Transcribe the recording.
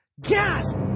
Gasp